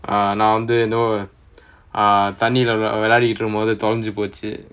ah நான் வந்து தனியா நடுவுல விளையாடிட்டு இருக்குறப்போ தொலைஞ்சிபோச்சி:naan vanthu thaniyaa naduvula vilaayaaditu irukurappo tholanjipochi